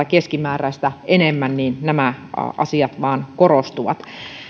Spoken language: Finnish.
keskimääräistä enemmän nämä asiat vain korostuvat